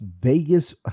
Vegas